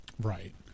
right